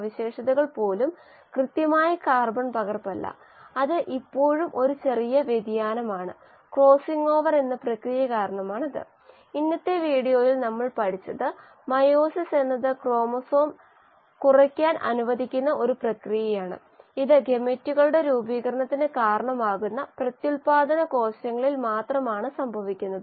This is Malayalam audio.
തുടക്കത്തിൽ വളർച്ചാ നിരക്കിനുള്ള എക്സ്പ്രഷനുകൾ നമ്മൾ കണ്ടു rx mu x ന് തുല്യമാണ് rxμx എന്നത് സാഹചര്യത്തെ ആശ്രയിച്ച് ഒരു സ്ഥിരമായിരിക്കാം അല്ലെങ്കിൽ ഉണ്ടാകില്ല പിന്നെ നമ്മൾ പറഞ്ഞു മറ്റ് മോഡലുകൾ ഉണ്ട് ഇതാണ് ലോജിസ്റ്റിക് സമവാക്യം കൂടാതെ ഒരു നൂതന കോഴ്സിൽ ഒരാൾക്ക് ഘടനാപരമായ മോഡലുകൾ വേർതിരിച്ച മോഡലുകൾ എന്നിവയും മറ്റ് പലതും പരിഗണിക്കാം